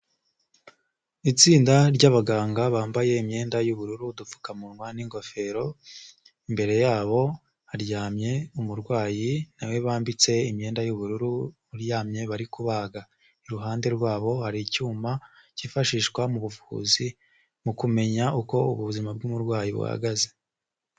Itsinda ry'abaganga bambaye imyenda y'ubururu, udupfukamunwa n'ingofero, imbere y'abo haryamye umurwayi na we bambitse imyenda y'ubururu uryamye bari kubaga, iruhande rw'abo hari icyuma cyifashishwa mu buvuzi mu kumenya uko ubuzima bw'umurwayi buhagaze.